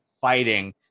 fighting